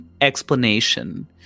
explanation